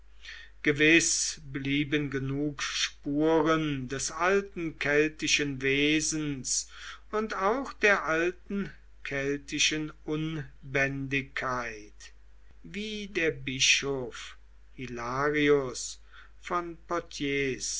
gewiß blieben genug spuren des alten keltischen wesens und auch der alten keltischen unbändigkeit wie der bischof hilarius von